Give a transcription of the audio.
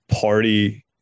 party